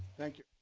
thank you.